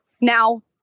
Now